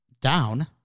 down